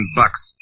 bucks